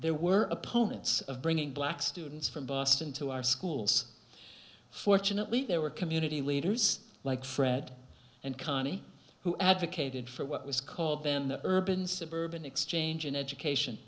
there were opponents of bringing black students from boston to our schools fortunately there were community leaders like fred and conny who advocated for what was called then the urban suburban exchange and education